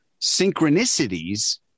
synchronicities